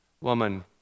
Woman